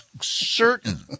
certain